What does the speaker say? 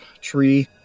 tree